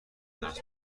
درس